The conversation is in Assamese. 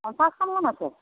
পঞ্চাছখনমান আছে